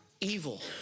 evil